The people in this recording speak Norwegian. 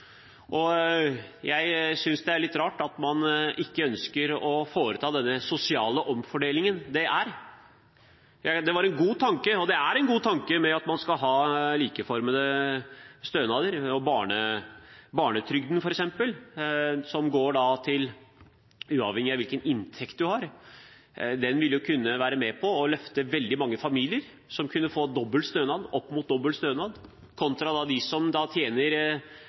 Jeg synes det er litt rart at man ikke ønsker å foreta den sosiale omfordelingen dette er. Det er en god tanke at man skal ha likeformede stønader, f.eks. barnetrygden, som man får uavhengig av hvilken inntekt man har. Den vil kunne være med på å løfte veldig mange familier som kunne fått opp mot dobbel stønad, kontra dem som tjener